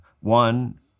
one